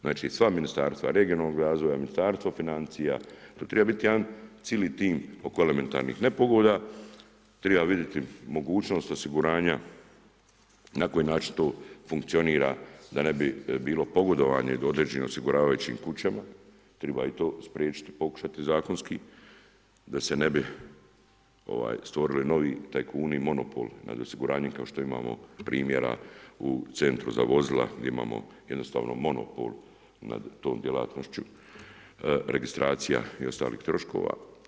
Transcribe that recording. Znači sva ministarstva, regionalnog razvoja, Ministarstvo financija, tu treba biti jedan cijeli tim oko elementarnih nepogoda, treba vidjeti mogućnost osiguranja na koji način to funkcionira da ne bi bilo pogodovanje do određenih osiguravajućim kućama, treba i to spriječit, pokušati zakonski da se ne bi stvorili novi tajkuni i monopol nad osiguranjem kao što imamo primjera u centru za vozila, gdje imamo jednostavno monopol nad tom djelatnošću, registracija i ostalih troškova.